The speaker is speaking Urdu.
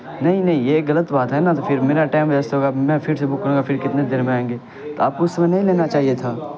نہیں نہیں یہ غلط بات ہے نا تو پھر میرا ٹائم ویسٹ ہوگا میں پھر سے بک کروں گا پھر کتنے دیر میں آئیں گے تو آپ کو اس سمے نہیں لینا چاہیے تھا